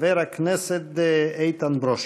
חבר הכנסת איתן ברושי.